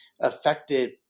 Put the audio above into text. affected